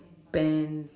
spend